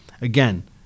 Again